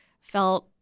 felt